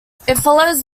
follows